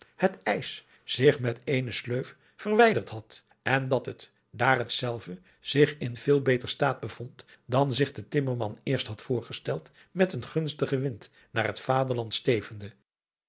het ijs zich met eene sleuf verwijderd had en dat het daar hetzelve adriaan loosjes pzn het leven van johannes wouter blommesteyn zich in veel beter staat bevond dan zich de timmerman eerst had voorgesteld met een gunstigen wind naar het vaderland stevende